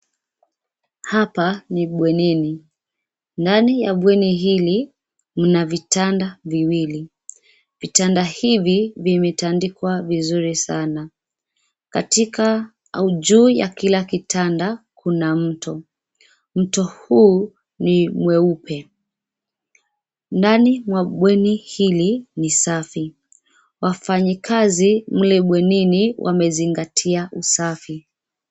Hapa ni bwenini, ndani ya bweni hili mna vitanda viwili. Vitanda hivi vimetandikwa vizuri sana. Katika au juu ya kila kitanda kuna mto. Mto huu ni mweupe. Ndani mwa bweni hili ni safi, wafanyikazi mle bwenini wamezingatia usafi.